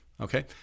okay